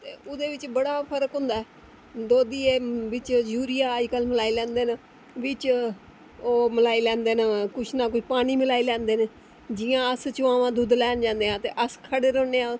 ते ओह्दे बिच बड़ा फर्क होंदा ऐ दोधी बिच अज्जकल यूरिया हैल मलाई लैंदे न बिच ओह् मलाई लैंदे न कुछ ना कुछ मलाई लैंदे न जियां अस चुआमां दुद्ध लैने ई जन्ने ते अस खड़े रौहन्ने आं